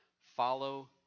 Follow